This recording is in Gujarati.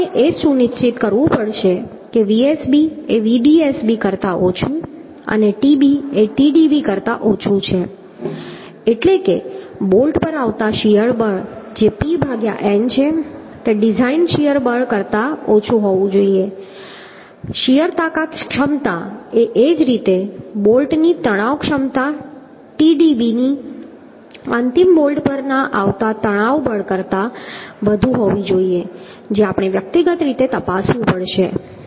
પછી આપણે એ સુનિશ્ચિત કરવું પડશે કે Vsb એ Vdsb કરતાં ઓછું છે અને Tb એ Tdb કરતાં ઓછું છે એટલે કે બોલ્ટ પર આવતા શીયર બળ જે P ભાગ્યા n છે તે ડિઝાઈન શીયર બળ કરતાં ઓછું હોવું જોઈએ શીયર તાકાત ક્ષમતા અને એ જ રીતે બોલ્ટની તણાવ ક્ષમતા Tdb અંતિમ બોલ્ટ પર આવતા તણાવ બળ કરતાં વધુ હોવી જોઈએ જે આપણે વ્યક્તિગત રીતે તપાસવું પડશે